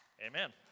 Amen